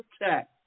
protect